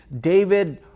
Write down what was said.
David